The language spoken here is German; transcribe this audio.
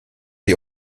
sie